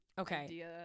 okay